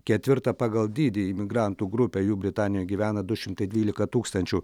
ketvirtą pagal dydį imigrantų grupę jų britanijoj gyvena du šimtai dvylika tūkstančių